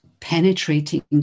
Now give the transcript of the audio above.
penetrating